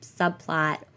subplot